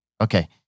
Okay